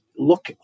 look